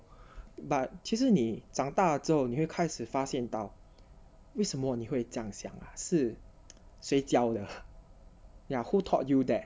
but 其实你长大之后你会开始发现到为什么你会这样想 ah 是谁教的 yeah who thought you that